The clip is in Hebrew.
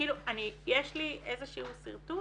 יש לי איזשהו שרטוט